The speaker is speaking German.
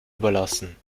überlassen